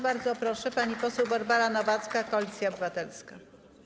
Bardzo proszę, pani poseł Barbara Nowacka, Koalicja Obywatelska.